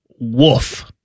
Woof